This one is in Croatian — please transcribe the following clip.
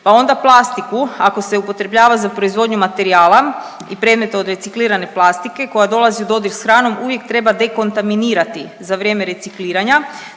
pa onda plastiku, ako se upotrebljava za proizvodnju materijala i predmeta od reciklirane plastike koja dolazi u dodir s hranom, uvijek treba dekontaminirati za vrijeme recikliranja,